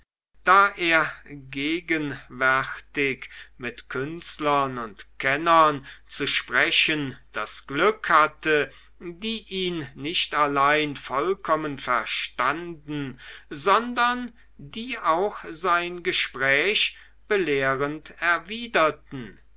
da er gegenwärtig mit künstlern und kennern zu sprechen das glück hatte die ihn nicht allein vollkommen verstanden sondern die auch sein gespräch belehrend erwiderten